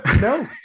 No